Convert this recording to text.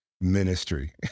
ministry